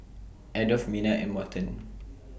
Adolf Mena and Morton